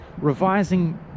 revising